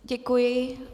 Děkuji.